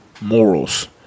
morals